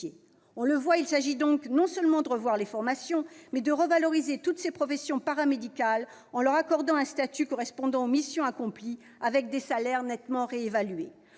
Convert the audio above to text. On le constate, il s'agit donc non seulement de revoir les formations, mais de revaloriser toutes ces professions paramédicales en leur accordant un statut correspondant aux missions accomplies avec des salaires nettement réévalués,